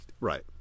Right